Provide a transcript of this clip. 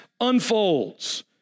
unfolds